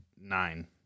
Nine